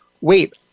wait